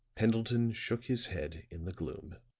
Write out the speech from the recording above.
pendleton shook his head in the gloom.